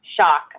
shock